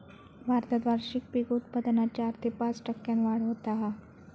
भारतात वार्षिक पीक उत्पादनात चार ते पाच टक्क्यांन वाढ होता हा